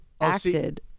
acted